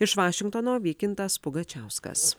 iš vašingtono vykintas pugačiauskas